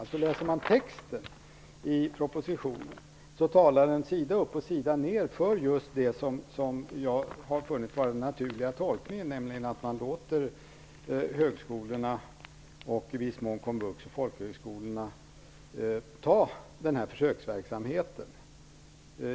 Om man läser texten i propositionen ser man att det sida upp och sida ned talas om just det som jag har funnit vara den naturliga tolkningen - nämligen att man låter högskolorna, och i viss mån komvux och folkhögskolorna sköta försöksverksamheten.